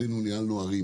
שנינו ניהלנו ערים